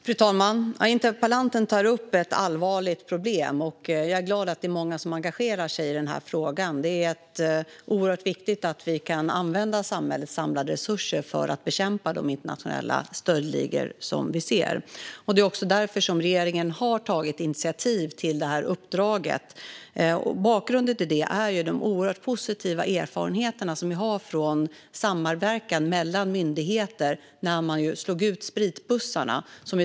Fru talman! Interpellanten tar upp ett allvarligt problem. Jag är glad att det är många som engagerar sig i den här frågan. Det är oerhört viktigt att vi kan använda samhällets samlade resurser för att bekämpa de internationella stöldligorna. Det är också därför som regeringen har tagit initiativ till det här uppdraget. Bakgrunden är de oerhört positiva erfarenheter vi har av den samverkan som skedde mellan myndigheter när de slog ut spritbussarna.